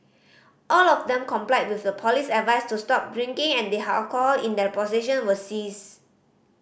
all of them complied with the police advice to stop drinking and the alcohol in their possession was seized